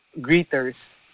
greeters